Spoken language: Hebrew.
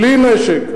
בלי נשק.